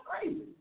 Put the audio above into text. crazy